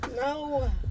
No